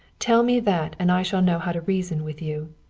tell me that and i shall know how to reason with you.